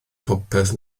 popeth